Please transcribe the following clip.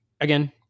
Again